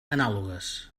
anàlogues